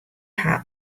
haw